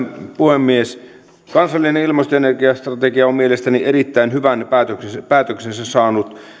puhemies kansallinen ilmasto ja ener giastrategia on mielestäni erittäin hyvän päätöksensä päätöksensä saanut